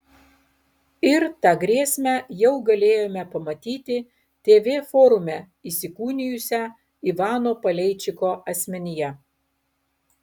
ir tą grėsmę jau galėjome pamatyti tv forume įsikūnijusią ivano paleičiko asmenyje